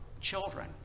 children